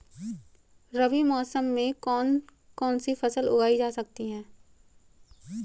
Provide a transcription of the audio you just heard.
रबी मौसम में कौन कौनसी फसल उगाई जा सकती है?